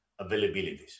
availabilities